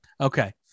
Okay